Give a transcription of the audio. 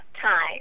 time